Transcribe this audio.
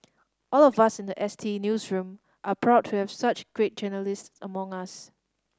all of us in the S T newsroom are proud to have such great journalists among us